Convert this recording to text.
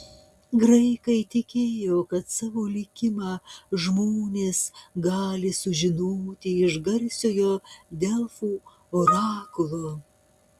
graikai tikėjo kad savo likimą žmonės gali sužinoti iš garsiojo delfų orakulo